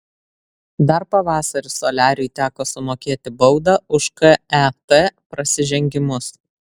dar pavasarį soliariui teko sumokėti baudą už ket prasižengimus